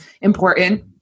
important